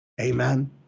Amen